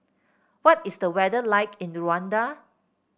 what is the weather like in Rwanda